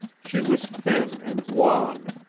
she was thin and wan,